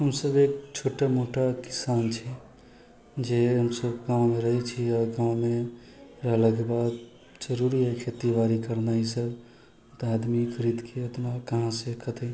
हम सभ एक छोटा मोटा किसान छी जे हम सभ गाँवमे रहै छी आओर गाँवमे रहलाके बाद जरुरी है खेती बाड़ि करना इसभ तऽ आदमी खरीदके इतना कहाँसँ खेतै